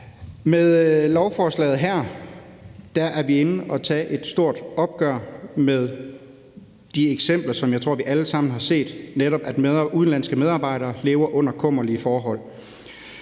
Med lovforslaget her er vi inde og tage et stort opgør med det, som jeg tror vi alle sammen har set eksempler på, nemlig at udenlandske medarbejdere lever under kummerlige forhold.